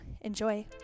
Enjoy